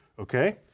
okay